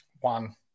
One